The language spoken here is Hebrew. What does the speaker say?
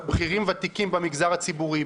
בכירים ותיקים במגזר הציבורי,